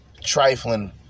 trifling